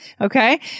Okay